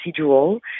procedural